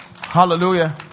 Hallelujah